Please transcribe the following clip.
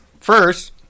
First